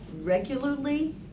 regularly